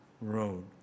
road